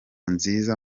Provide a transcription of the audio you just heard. nziza